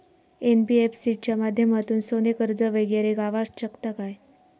NBFC च्या माध्यमातून सोने कर्ज वगैरे गावात शकता काय?